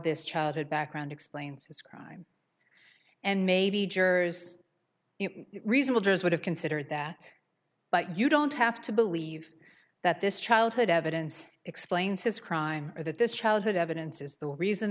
this child had background explains his crime and maybe jurors reasonable jurors would have considered that but you don't have to believe that this childhood evidence explains his crime or that this childhood evidence is the reason